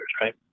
right